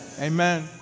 Amen